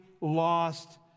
lost